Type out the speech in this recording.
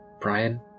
Brian